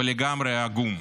ולגמרי עגום.